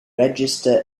register